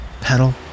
Pedal